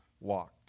walked